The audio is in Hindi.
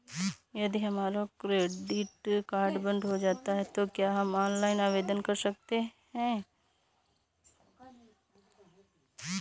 यदि हमारा क्रेडिट कार्ड बंद हो जाता है तो क्या हम ऑनलाइन आवेदन कर सकते हैं?